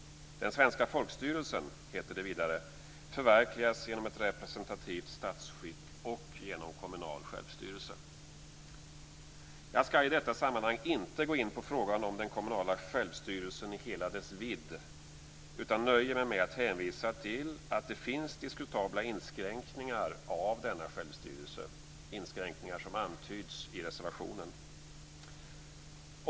Den svenska folkstyrelsen, heter det vidare, förverkligas genom ett representativt statsskick och genom kommunal självstyrelse. Jag skall i detta sammanhang inte gå in på frågan om den kommunala självstyrelsen i hela dess vidd, utan nöjer mig med att hänvisa till att det finns diskutabla inskränkningar av denna självstyrelse, inskränkningar som antyds i reservationen.